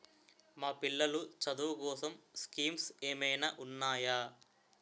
మా పిల్లలు చదువు కోసం స్కీమ్స్ ఏమైనా ఉన్నాయా?